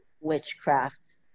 witchcraft